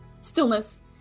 stillness